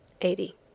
eighty